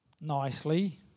Nicely